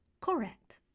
Correct